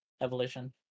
Evolution